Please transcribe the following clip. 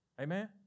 Amen